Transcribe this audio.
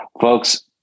folks